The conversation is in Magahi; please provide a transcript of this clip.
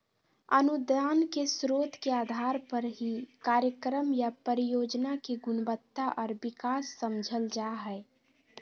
अनुदान के स्रोत के आधार पर ही कार्यक्रम या परियोजना के गुणवत्ता आर विकास समझल जा हय